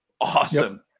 Awesome